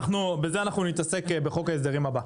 נתעסק בזה בחוק ההסדרים הבא.